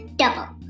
double